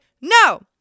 no